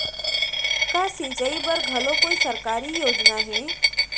का सिंचाई बर घलो कोई सरकारी योजना हे?